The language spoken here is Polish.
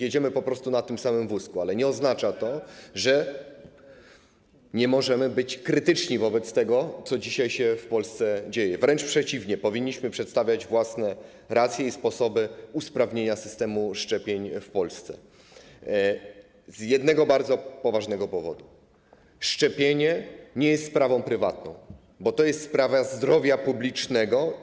Jedziemy po prostu na tym samym wózku, ale nie oznacza to, że nie możemy być krytyczni wobec tego, co dzisiaj w Polsce się dzieje, wręcz przeciwnie, powinniśmy przedstawiać własne racje i sposoby usprawnienia systemu szczepień w Polsce z jednego bardzo poważnego powodu: szczepienie nie jest sprawą prywatną, bo to jest sprawa zdrowia publicznego.